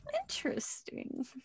interesting